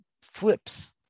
flips